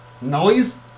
noise